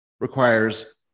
requires